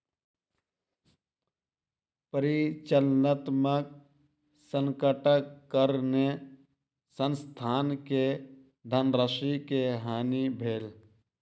परिचालनात्मक संकटक कारणेँ संस्थान के धनराशि के हानि भेल